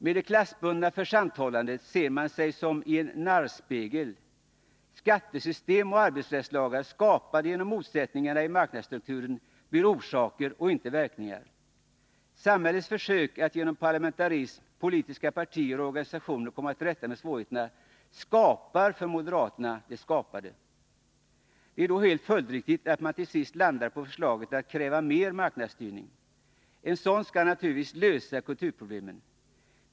Med det klassbundna försanthållandet ser man sig som i en narrspegel. Skattesystem och arbetsrättslagar, skapade genom motsättningarna i marknadsstrukturen, blir orsaker och inte verkningar. Samhällets försök att genom parlamentarism, politiska partier och organisationer komma till rätta med svårigheterna skapar för moderaterna det skapade! Det är då helt följdriktigt att man till sist landar på förslaget att kräva mer marknadsstyrning. En sådan skall naturligtvis lösa kulturproblemen.